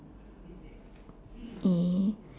eh